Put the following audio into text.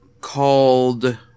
called